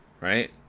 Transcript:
right